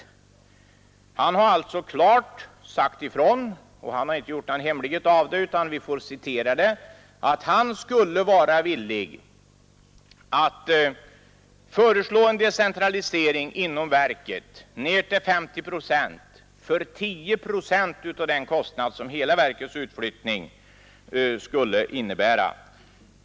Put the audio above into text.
Generaldirektören har alltså klart sagt ifrån — och inte gjort någon hemlighet av det, utan vi får citera det — att han skulle vara villig att föreslå en decentralisering inom verket ner till 50 procent för 10 procent av den kostnad som hela verkets utflyttning skulle innebära.